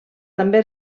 també